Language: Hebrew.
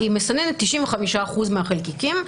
היא מסננת 95% מהחלקיקים,